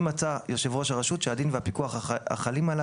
אם מצא יושב ראש הרשות שהדין והפיקוח החלים עליו